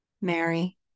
Mary